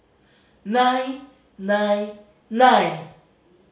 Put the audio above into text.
nine nine nine